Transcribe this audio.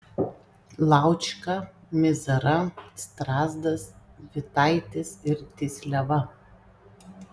laučka mizara strazdas vitaitis ir tysliava